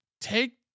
take